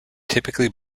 typically